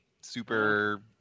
super